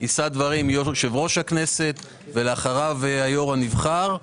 יישא דברים יושב-ראש הכנסת ולאחריו היו"ר הנבחר.